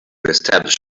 establish